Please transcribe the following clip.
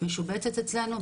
משובצת אצלנו,